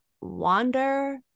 Wander